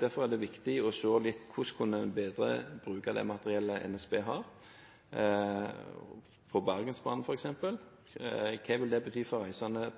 Derfor er det viktig å se litt på hvordan en kan bedre bruken av det materiellet NSB har på Bergensbanen f.eks., og hva vil det bety for reisende